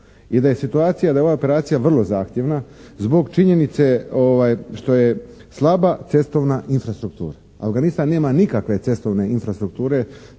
I da je situacija, da je ova operacija vrlo zahtjevna zbog činjenice što je slaba cestovna infrastruktura. Afganistan nema nikakve cestovne infrastrukture